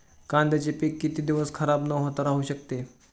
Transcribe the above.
कांद्याचे पीक किती दिवस खराब न होता राहू शकते?